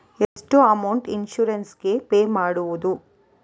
ಎಷ್ಟು amount insurance ಗೇ pay ಮಾಡುವುದು?